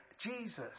Jesus